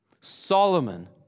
Solomon